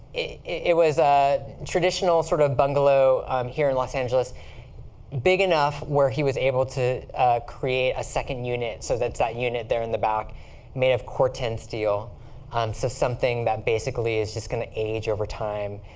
it was a traditional sort of bungalow um here in los angeles big enough where he was able to create a second unit. so that's that unit there in the back made of cor-ten steel um so something that basically is just going to age over time,